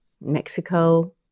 Mexico